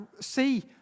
see